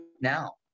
now